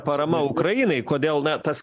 parama ukrainai kodėl na tas